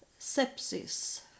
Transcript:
sepsis